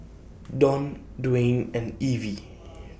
Don Dwane and Evie